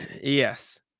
Yes